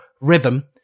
Rhythm